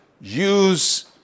use